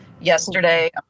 yesterday